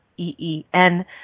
e-e-n